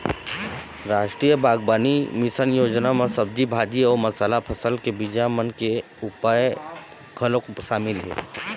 रास्टीय बागबानी मिसन योजना म सब्जी भाजी अउ मसाला फसल के बीजा मन के उपज घलोक सामिल हे